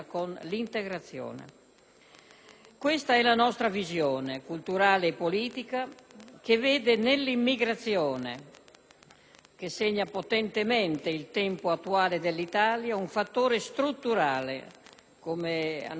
Questa è la nostra visione, culturale e politica, che vede nell'immigrazione - che segna potentemente il tempo attuale dell'Italia - un fattore strutturale, come hanno già detto i colleghi